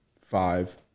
five